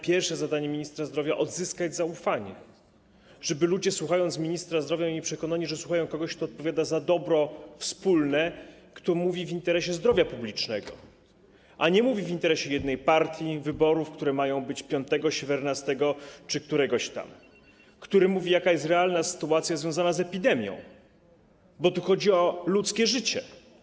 Pierwsze zadanie ministra zdrowia to odzyskać zaufanie, żeby ludzie, słuchając ministra zdrowia, byli przekonani, że słuchają kogoś, kto odpowiada za dobro wspólne, kto mówi w interesie zdrowia publicznego, a nie mówi w interesie jednej partii, wyborów, które mają być piątego, siedemnastego czy któregoś tam, kto mówi, jaka jest realna sytuacja związana z epidemią, bo tu chodzi o ludzkie życie.